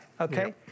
Okay